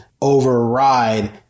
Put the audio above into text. override